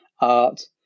art